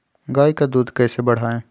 गाय का दूध कैसे बढ़ाये?